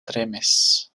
tremis